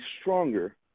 stronger